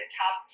top